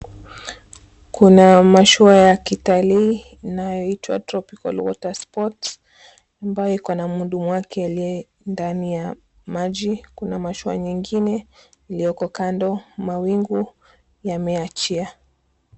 Kuna mashua ya kitalii inayoitwa Tropical Water 𝑆𝑝𝑜𝑟𝑡𝑠 ambayo ikona mhudumu wake aliye ndani ya maji. Kuna mashua nyingine iliyoko kando. Mawingu yameachia.